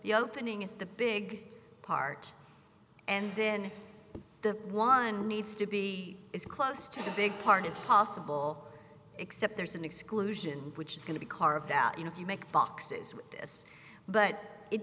the opening is the big part and then the one needs to be as close to the big part is possible except there's an exclusion which is going to be carved out you know if you make boxes with this but it